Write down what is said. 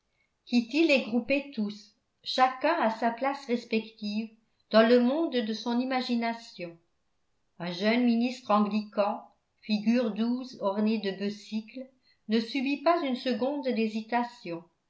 kitty les groupait tous chacun à sa place respective dans le monde de son imagination un jeune ministre anglican figure douce ornée de besicles ne subit pas une seconde d'hésitation